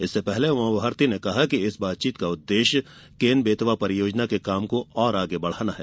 इससे पहले उमा भारती ने कहा कि इस बातचीत का उद्देश्य केन बेतवा परियोजना के काम को और आगे बढ़ाना है